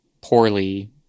poorly